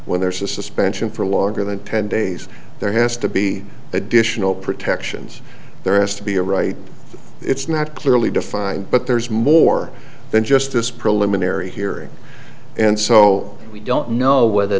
when there's a suspension for longer than ten days there has to be additional protections there has to be a right it's not clearly defined but there's more than just this preliminary hearing and so we don't know whether